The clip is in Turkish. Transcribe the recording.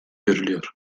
görülüyor